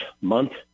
month